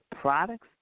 products